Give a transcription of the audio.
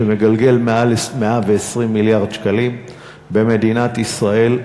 שמגלגל מעל 120 מיליארד שקלים במדינת ישראל.